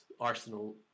Arsenal